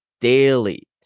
daily